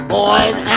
Boys